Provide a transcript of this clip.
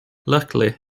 luckily